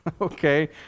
Okay